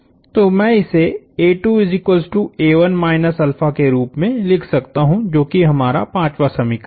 तो मैं इसे के रूप में लिख सकता हूं जो कि हमारा 5वां समीकरण है